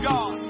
God